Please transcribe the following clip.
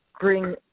bring